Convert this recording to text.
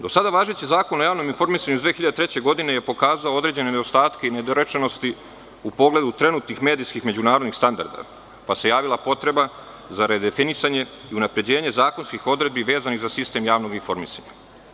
Do sada važeći Zakon o javnom informisanju iz 2003. godine je pokazao određene nedostatke i nedorečenosti u pogledu trenutnih medijskih međunarodnih standarda, pa se javila potreba za redefinisanje i unapređenje zakonskih odredbi vezanih za sistem javnog informisanja.